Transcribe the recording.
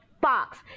fox